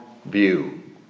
view